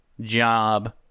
job